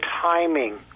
timing